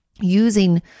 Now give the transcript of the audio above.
Using